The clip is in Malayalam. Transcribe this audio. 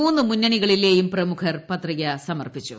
മൂന്ന് മുന്നണികളിലെയും പ്രമുഖർ പ്രത്രിക സമർപ്പിച്ചു